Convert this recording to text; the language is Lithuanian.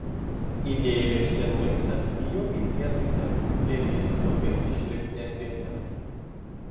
įdėjai lėkštėn maistą įjungei prietaisą ir jis ilgai išliks neatvėsęs